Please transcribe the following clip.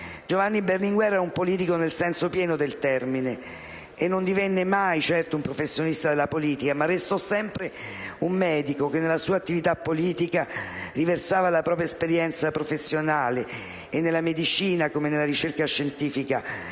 Giovanni Berlinguer era un politico nel senso pieno del termine, e tuttavia non divenne mai un professionista della politica, ma restò sempre un medico, che nella sua attività politica riversava la propria esperienza professionale e nella medicina, come nella ricerca scientifica,